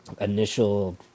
initial